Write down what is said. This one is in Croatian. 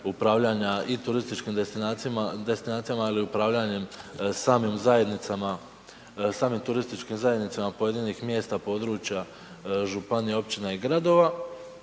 upravljanja i turističkim destinacijama ili upravljanjem samim zajednicama, samim turističkim zajednicama pojedinih mjesta, područja, županija, općina i gradova.